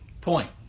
point